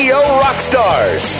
Rockstars